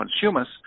consumers